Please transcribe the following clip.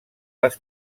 les